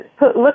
look